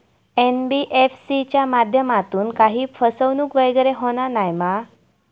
NBFC च्या माध्यमातून काही फसवणूक वगैरे होना नाय मा?